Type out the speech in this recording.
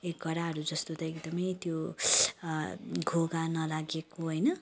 एक गराहरू जस्तो त एकदमै त्यो घोघा नलागेको होइन